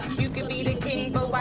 you can be the king but